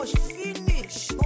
finish